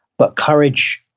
but courage,